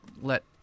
let